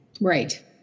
Right